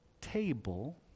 table